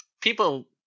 people